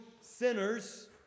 sinners